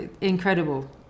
incredible